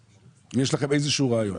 אם יש לכם איזה שהוא רעיון.